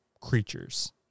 creatures